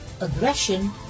aggression